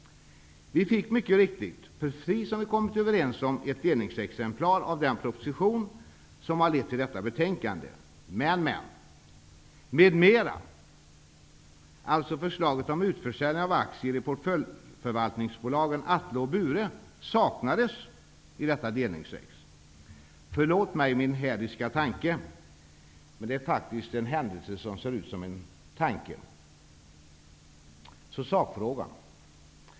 Vi fick mycket riktigt, precis som vi kommit överens om, ett delningsexemplar av den proposition som har lett till detta betänkande. Men ''m.m. '', alltså förslaget om utförsäljning av aktier i portföljförvaltningsbolagen Förlåt mig min hädiska tanke, men det är faktiskt en händelse som ser ut som en tanke. Till sakfrågan.